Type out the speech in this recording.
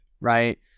Right